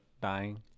dying